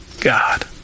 God